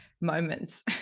moments